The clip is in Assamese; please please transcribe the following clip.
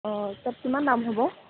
অঁ তাত কিমান দাম হ'ব